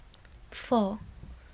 four